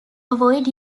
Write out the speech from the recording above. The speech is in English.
avoid